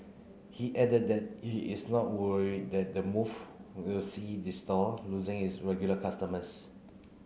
he added that he is not worried that the move will see the store losing its regular customers